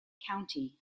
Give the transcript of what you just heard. county